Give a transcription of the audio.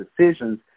decisions